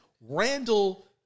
Randall